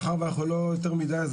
מאחר ואנחנו לא יותר מידיי,